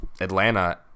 Atlanta